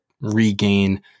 regain